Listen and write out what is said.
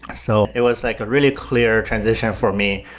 so it was like a really clear transition for me,